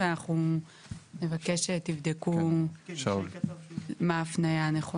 ואנחנו נבקש שתבדקו מה הפנייה הנכונה.